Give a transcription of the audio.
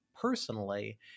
personally